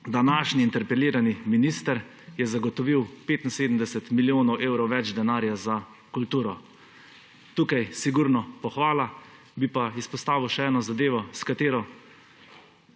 današnji interpelirani minister je zagotovil 75 milijonov evrov več denarja za kulturo. Tukaj sigurno pohvala, bi pa izpostavil še eno zadevo, s katero